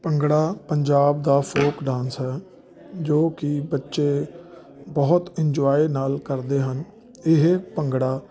ਭੰਗੜਾ ਪੰਜਾਬ ਦਾ folk dance ਹੈ ਜੋ ਕਿ ਬੱਚੇ ਬਹੁਤ ਇੰਜੋਏ ਨਾਲ ਕਰਦੇ ਹਨ ਇਹ ਭੰਗੜਾ